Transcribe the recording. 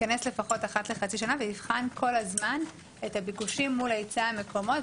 יתכנס לפחות אחת לחצי שנה ויבחן כל הזמן את הביקושים מול היצע המקומות,